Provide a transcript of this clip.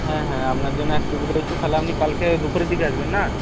হ্যাঁ হ্যাঁ আপনার জন্য এক কপি রয়েছে তাহলে আপনি কালকে দুপুরের দিকে আসবেন না